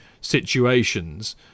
situations